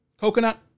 coconut